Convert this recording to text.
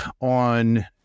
on